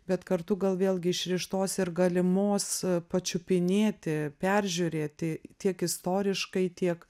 bet kartu gal vėlgi išrištos ir galimos pačiupinėti peržiūrėti tiek istoriškai tiek